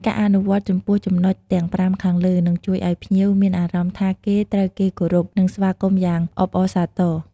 ការអនុវត្តចំពោះចំណុចទាំង៥ខាងលើ នឹងជួយឲ្យភ្ញៀវមានអារម្មណ៍ថាគេត្រូវគេគោរព និងស្វាគមន៍យ៉ាងអបអរសាទរ។